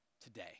today